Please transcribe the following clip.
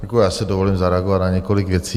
Já si dovolím zareagovat na několik věcí.